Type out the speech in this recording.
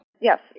Yes